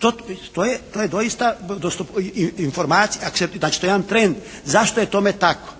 To je doista … znači to je jedan trend zašto je tome tako